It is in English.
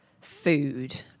food